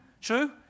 True